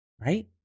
Right